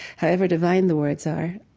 however divine the words are,